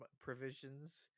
provisions